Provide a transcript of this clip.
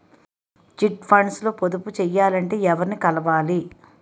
Chit funds లో పొదుపు చేయాలంటే ఎవరిని కలవాలి?